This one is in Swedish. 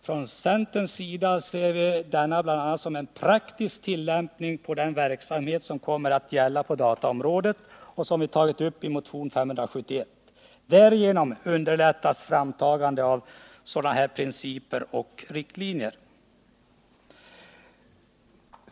Från centerns sida ser vi denna bl.a. som en praktisk tillämpning av den verksamhet som kommer att äga rum på dataområdet och som vi tagit upp i motionen 571. Därigenom underlättas framtagande av principer och riktlinjer.